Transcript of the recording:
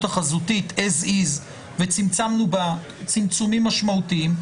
החזותית כפי שהיא וצמצמנו בה צמצומים משמעותיים,